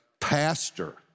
Pastor